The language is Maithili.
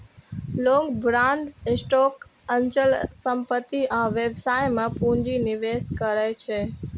लोग बांड, स्टॉक, अचल संपत्ति आ व्यवसाय मे पूंजी निवेश करै छै